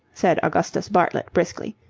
said augustus bartlett, briskly,